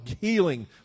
healing